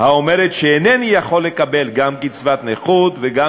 האומרת שאינני יכול לקבל גם קצבת נכות וגם